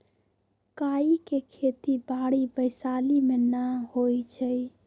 काइ के खेति बाड़ी वैशाली में नऽ होइ छइ